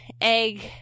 egg